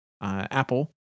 Apple